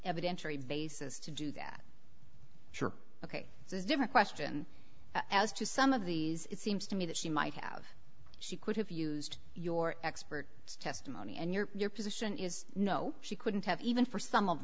evidentiary basis to do that sure ok it's a different question as to some of these it seems to me that she might have she could have used your expert testimony and your position is no she couldn't have even for some of